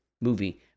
movie